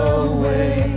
away